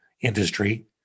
industry